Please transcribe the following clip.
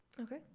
Okay